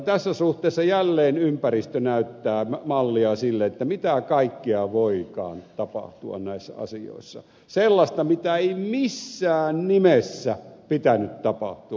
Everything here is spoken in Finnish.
tässä suhteessa jälleen ympäristö näyttää mallia sille mitä kaikkea voikaan tapahtua näissä asioissa sellaista mitä ei missään nimessä pitänyt tapahtua